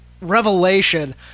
revelation